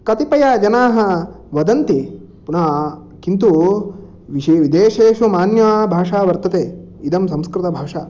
कतिपयजनाः वदन्ति पुनः किन्तु विश् विदेशेषु मान्या भाषा वर्तते इयं संस्कृतभाषा